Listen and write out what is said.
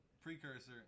precursor